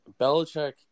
Belichick